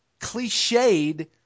cliched